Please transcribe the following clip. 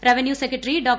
revenue secretary Dr